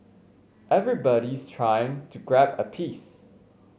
everybody's trying to grab a piece